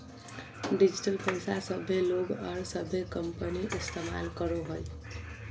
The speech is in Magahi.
डिजिटल पैसा सभे लोग और सभे कंपनी इस्तमाल करो हइ